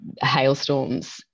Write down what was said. hailstorms